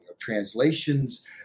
translations